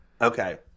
Okay